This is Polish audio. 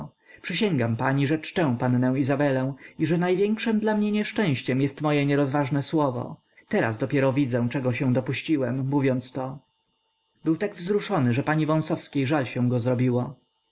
przysięgam pani że czczę pannę izabelę i że największem dla mnie nieszczęściem jest moje nierozważne słowo teraz dopiero widzę czego się dopuściłem mówiąc to był tak wzruszony że pani wąsowskiej żal go